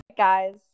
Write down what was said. guys